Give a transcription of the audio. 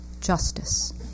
justice